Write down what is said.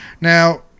Now